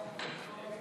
נתקבלה.